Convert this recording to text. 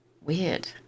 Weird